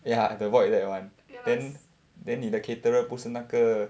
ya at the void deck [one] then then 妳的 caterer 不是那个